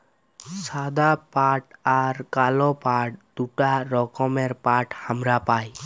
সাদা পাট আর কাল পাট দুটা রকমের পাট হামরা পাই